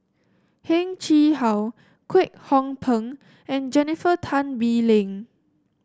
Heng Chee How Kwek Hong Png and Jennifer Tan Bee Leng